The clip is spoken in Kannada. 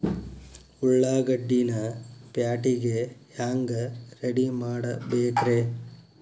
ಉಳ್ಳಾಗಡ್ಡಿನ ಪ್ಯಾಟಿಗೆ ಹ್ಯಾಂಗ ರೆಡಿಮಾಡಬೇಕ್ರೇ?